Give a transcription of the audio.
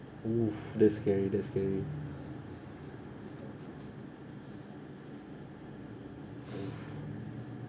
!woo! that's scary that's scary